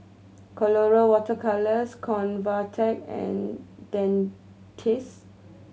Colora Water Colours Convatec and Dentiste